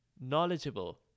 knowledgeable